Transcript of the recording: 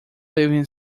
leaving